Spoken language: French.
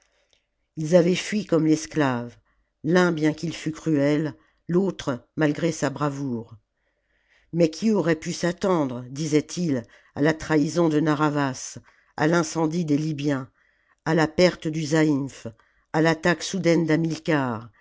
ils avaient fui comme l'esclave l'un bien qu'il fût cruel l'autre malgré sa bravoure mais qui aurait pu s'attendre disaient ils à la trahison de narr'havas à l'incendie des libyens à la perte du zaïmph à l'attaque soudaine